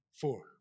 four